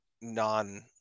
non